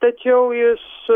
tačiau iš